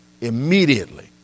immediately